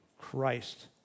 Christ